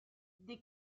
des